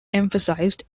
emphasised